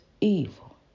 evil